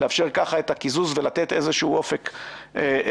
לאפשר ככה את הקיזוז ולתת איזשהו אופק לעסקים.